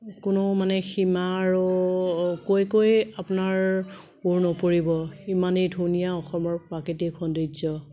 কোনো মানে সীমা আৰু কৈ কৈ আপোনাৰ ওৰ নপৰিব ইমানেই ধুনীয়া অসমৰ প্ৰাকৃতিক সৌন্দৰ্য